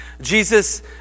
Jesus